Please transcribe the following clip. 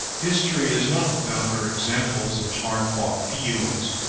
history is not without her examples of hard-fought fields,